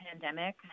pandemic